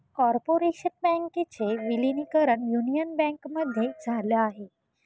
corporation बँकेचे विलीनीकरण union बँकेमध्ये झाल आहे